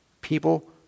People